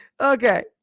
okay